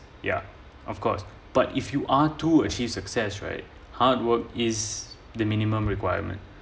yeah of course but if you are to achieve success right hard work is the minimum requirement